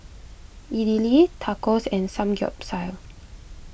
Idili Tacos and Samgeyopsal